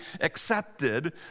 accepted